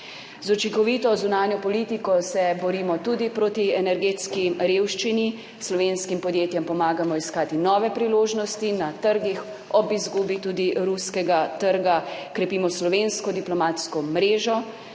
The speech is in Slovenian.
Z učinkovito zunanjo politiko se borimo tudi proti energetski revščini. Slovenskim podjetjem pomagamo iskati nove priložnosti na trgih ob izgubi tudi ruskega trga. Krepimo slovensko diplomatsko mrežo,